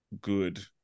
good